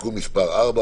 (תיקון מס' 4,